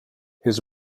his